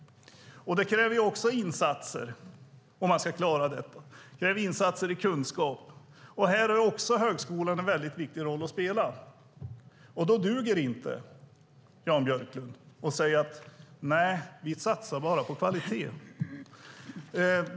Det krävs också insatser om man ska klara detta. Det krävs insatser i kunskap. Här har också högskolan en väldigt viktig roll att spela. Då duger det inte, Jan Björklund, att säga: Nej, vi satsar bara på kvalitet.